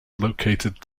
located